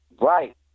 Right